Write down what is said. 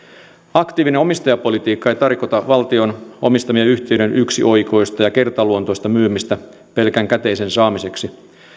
aktiivinen omistajapolitiikka ei tarkoita valtion omistamien yhtiöiden yksioikoista ja kertaluontoista myymistä pelkän käteisen saamiseksi